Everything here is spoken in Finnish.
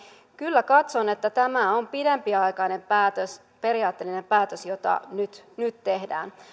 kyllä katson että tämä on pidempiaikainen päätös periaatteellinen päätös jota nyt nyt tehdään